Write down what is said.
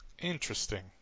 Interesting